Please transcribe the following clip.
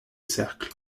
cercles